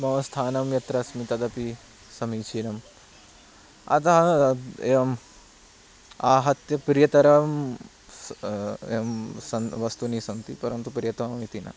मम स्थानं यत्र अस्मि तदपि समीचिनम् अतः एवम् आहत्य प्रियतरं एवं वस्तूनि सन्ति परन्तु प्रियतमम् इति न